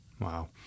Wow